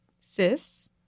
sis